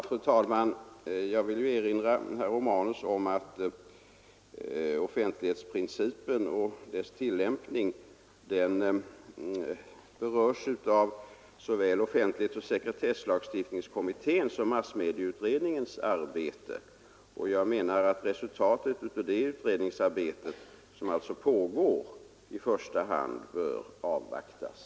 Fru talman! Jag vill erinra herr Romanus om att offentlighetsprincipen och dess tillämpning berörs av såväl offentlighetsoch sekretesslagstiftningskommitténs som massmedieutredningens arbete. Jag menar att resultatet av det utredningsarbetet — som alltså pågår — i första hand bör avvaktas.